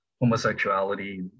Homosexuality